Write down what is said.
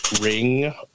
ring